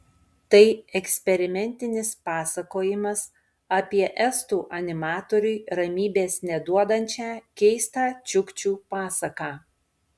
tai eksperimentinis pasakojimas apie estų animatoriui ramybės neduodančią keistą čiukčių pasaką